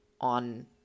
on